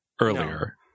earlier